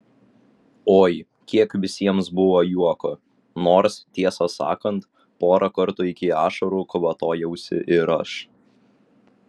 oi kiek visiems buvo juoko nors tiesą sakant porą kartų iki ašarų kvatojausi ir aš